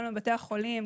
גם לבתי החולים,